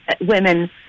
women